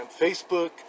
Facebook